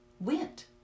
went